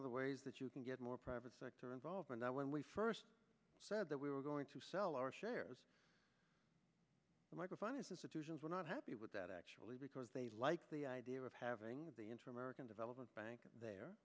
of the ways that you can get more private sector involvement when we first said that we were going to sell our shares microphone is a situations we're not happy with that actually because they like the idea of having the interim american development bank there